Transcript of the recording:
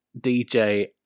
DJ